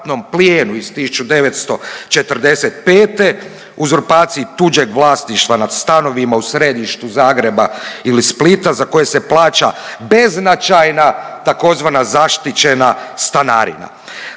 plijenu iz 1945., uzurpaciji tuđeg vlasništva nad stanovima u središtu Zagreba ili Splita za koje se plaća beznačajna tzv. zaštićena stanarina.